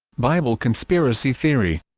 bible conspiracy theory